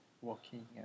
walking